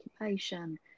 occupation